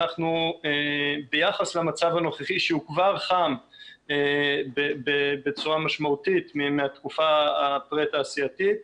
ביחס למצב הנוכחי שהוא כבר חם בצורה משמעותית מהתקופה הפרה-תעשייתית,